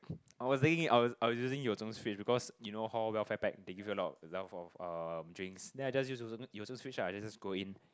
I was saying it I was I was using your because you know hall welfare pack they give you a lot of enough of uh drinks then I just fridge ah then just go in